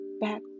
back